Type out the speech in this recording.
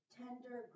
tender